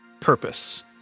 purpose